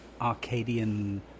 Arcadian